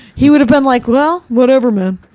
he would have been like, well, whatever man.